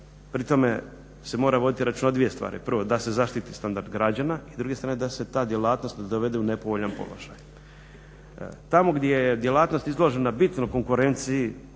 pri tome se mora voditi računa dvije stvari. Prvo, da se zaštiti standard građana i s druge strane da se ta djelatnost ne dovede u nepovoljan položaj. Tamo gdje je djelatnost izložena bitno konkurenciji,